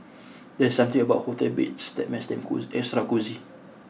there's something about hotel beds that makes them cost extra cosy